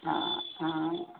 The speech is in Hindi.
हाँ हाँ